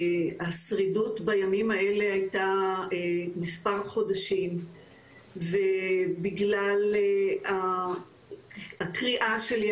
השרידות בימים האלה הייתה מספר חודשים ובגלל הקריאה שלי,